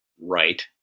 right